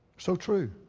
so true,